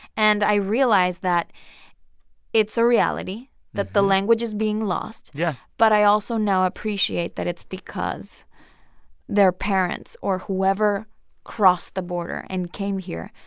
and i realize that it's a reality that the language is being lost. yeah but i also now appreciate that it's because their parents, or whoever crossed the border and came here,